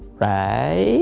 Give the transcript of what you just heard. right?